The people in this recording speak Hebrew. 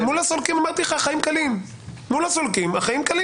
אמרתי לך, החיים מול הסולקים קלים יחסית.